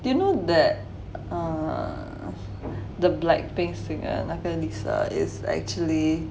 you know that err the blackpink singer 那个 lisa is actually